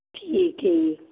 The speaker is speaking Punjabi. ਠੀਕ ਹੈ ਜੀ